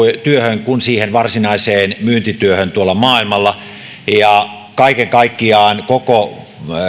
työhön kuin varsinaiseen myyntityöhön maailmalla kaiken kaikkiaan koko